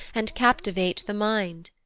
and captivate the mind.